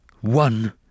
one